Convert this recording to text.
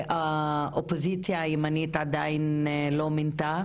האופוזיציה הימנית עדיין לא מינתה